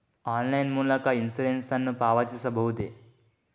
Online ಮೂಲಕ insurance ನ್ನು ಪಾವತಿಸಬಹುದೇ?